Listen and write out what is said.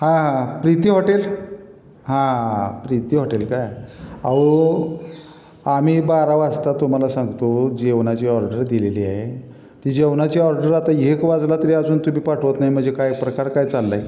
हां हां प्रीती हॉटेल हां प्रीती हॉटेल काय अहो आम्ही बारा वाजता तुम्हाला सांगतो जेवणाची ऑर्डर दिलेली आहे ती जेवणाची ऑर्डर आता एक वाजला तरी अजून तुम्ही पाठवत नाही म्हणजे काय प्रकार काय चाललं आहे